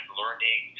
learning